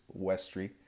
Westry